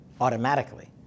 automatically